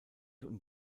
und